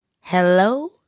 Hello